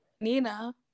nina